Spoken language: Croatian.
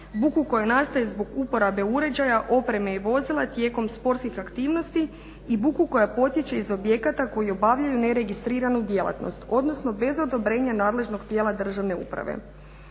buku koja nastaje zbog uporabe uređaja, opreme i vozila tijekom sportskih aktivnosti i buku koja potječe iz objekata koje obavljaju neregistriranu djelatnost, odnosno bez odobrenja nadležnog tijela državne uprave.